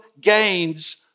gains